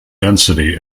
density